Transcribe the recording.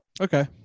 Okay